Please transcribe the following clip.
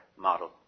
model